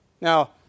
Now